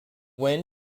when